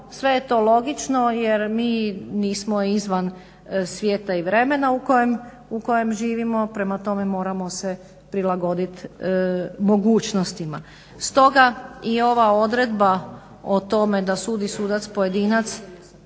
Sve je to logično jer mi nismo izvan svijeta i vremena u kojem živimo. Prema tome, moramo se prilagoditi mogućnostima. Stoga i ova odredba o tome da sud i sudac pojedinac